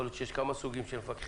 יכול להיות שיש כמה סוגים של מפקחים,